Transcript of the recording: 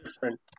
different